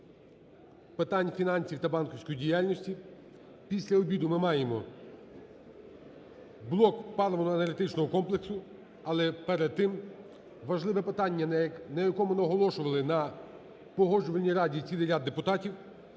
питань фінансів та банківської діяльності, після обіду ми маємо блок паливно-енергетичного комплексу. Але перед тим важливе питання, на якому наголошували на Погоджувальній раді цілий ряд депутатів,